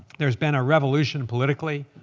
there's been a revolution politically.